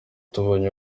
tubonye